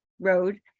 road